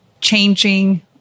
changing